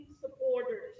supporters